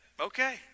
okay